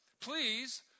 Please